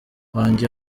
wanjye